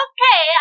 Okay